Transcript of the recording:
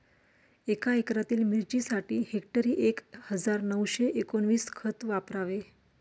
एका एकरातील मिरचीसाठी हेक्टरी एक हजार नऊशे एकोणवीस खत वापरावे